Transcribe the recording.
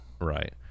Right